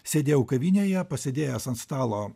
sėdėjau kavinėje pasidėjęs ant stalo